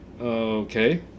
okay